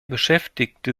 beschäftigte